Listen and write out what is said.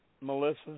Melissa